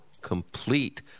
complete